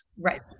Right